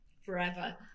forever